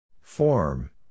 Form